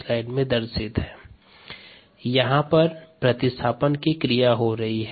जो ऊपर दर्शित समीकरण में प्रतिस्थापन से प्राप्त हुआ है